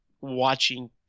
watching